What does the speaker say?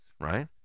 right